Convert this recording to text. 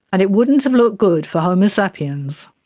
and it wouldn't have looked good for homo sapiens.